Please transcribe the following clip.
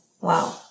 Wow